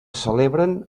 celebren